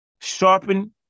sharpen